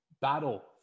battle